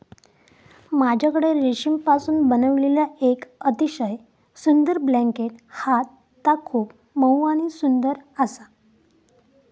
माझ्याकडे रेशीमपासून बनविलेला येक अतिशय सुंदर ब्लँकेट हा ता खूप मऊ आणि सुंदर आसा